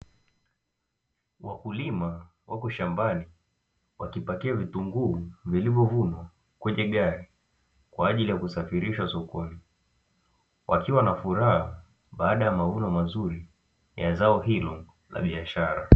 Wakulima wako shambani wakipakia vitunguu vilivyovunwa kwenye gari, kwa ajili ya kusafirishwa sokoni, wakiwa na furaha baada ya mavuno mazuri ya zao hilo la biashara.